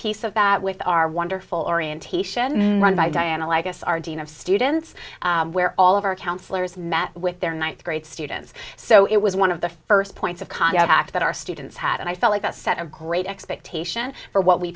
piece of that with our wonderful orientation run by diana like us our dean of students where all of our counselors met with their ninth grade students so it was one of the first points of contact that our students had and i felt that set a great expectation for what we